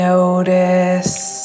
Notice